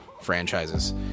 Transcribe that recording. franchises